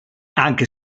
anche